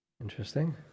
interesting